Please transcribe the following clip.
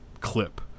clip